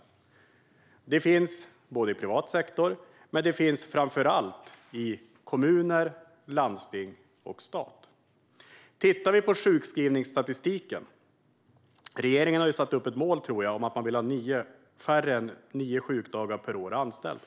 Sådana finns såväl i privat sektor som - framför allt - i kommuner, landsting och stat. Vad gäller sjukskrivningsstatistiken har regeringen satt upp ett mål om att man vill ha färre än nio sjukdagar per år och anställd.